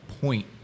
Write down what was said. point